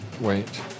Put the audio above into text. Wait